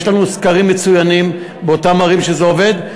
יש לנו סקרים מצוינים באותן ערים שזה עובד,